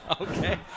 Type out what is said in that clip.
Okay